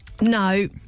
No